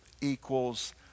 equals